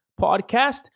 Podcast